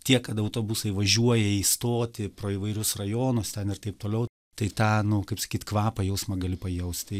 tiek kad autobusai važiuoja į stotį pro įvairius rajonus ten ir taip toliau tai tą nu kaip sakyt kvapą jausmą gali pajaust tai